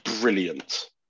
brilliant